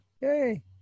yay